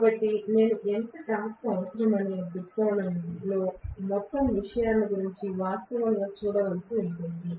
కాబట్టి నేను ఎంత టార్క్ అవసరం అనే దృక్కోణంలో మొత్తం విషయాన్ని వాస్తవంగా చూడవలసి ఉంటుంది